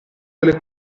delle